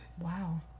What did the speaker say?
Wow